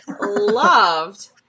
loved